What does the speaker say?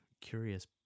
curious